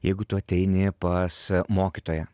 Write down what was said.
jeigu tu ateini pas mokytoją